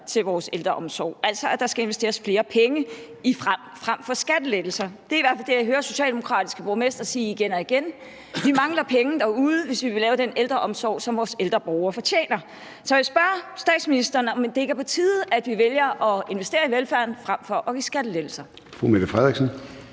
til vores ældreomsorg, altså at der skal investeres flere penge i det frem for skattelettelser. Det er i hvert fald det, jeg hører socialdemokratiske borgmestre sige igen og igen: Vi mangler penge derude, hvis vi vil lave den ældreomsorg, som vores ældre borgere fortjener. Så jeg vil spørge statsministeren, om det ikke er på tide, at vi vælger at investere i velfærden frem for at give skattelettelser.